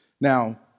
Now